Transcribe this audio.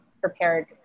prepared